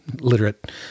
literate